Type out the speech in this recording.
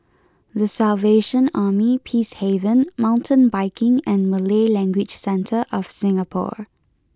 the Salvation Army Peacehaven Mountain Biking and Malay Language Centre of Singapore